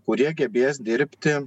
kurie gebės dirbti